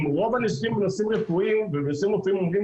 אם רוב הניסויים הם בנושאים רפואיים ובנושאים רפואיים אומרים